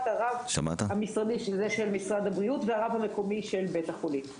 הרב המשרדי של משרד הבריאות והרב המקומי של בית החולים.